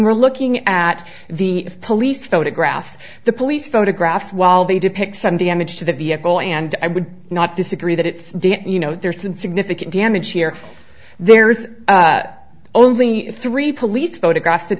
we're looking at the police photographs the police photographs while they depict some damage to the vehicle and i would not disagree that it's don't you know there's some significant damage here there's only three police photographs